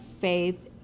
faith